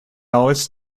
always